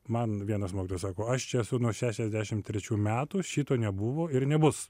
man vienas mokytojas sako aš čia esu nuo šešiasdešimt trečių metų šito nebuvo ir nebus